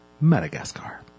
Madagascar